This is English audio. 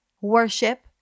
worship